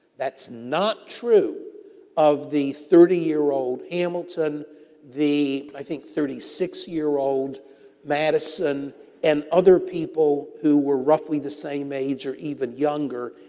that's not true of the thirty year old hamilton the, i think, thirty six year old madison and other people who were roughly the same age or even younger.